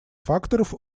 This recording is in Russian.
факторов